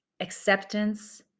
acceptance